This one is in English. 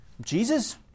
Jesus